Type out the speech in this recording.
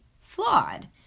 flawed